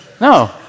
No